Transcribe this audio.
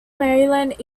maryland